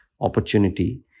opportunity